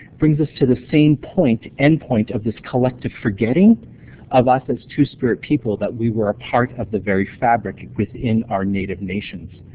brings us to the same point end point of this collective forgetting of us as two-spirit people, that we were a part of the very fabric within our native nations.